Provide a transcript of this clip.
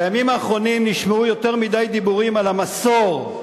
בימים האחרונים נשמעו יותר מדי דיבורים על המסור,